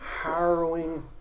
harrowing